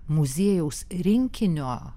muziejaus rinkinio